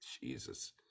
Jesus